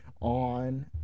on